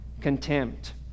contempt